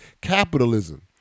capitalism